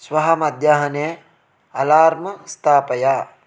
श्वः मध्याह्ने अलार्म् स्थापय